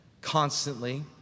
constantly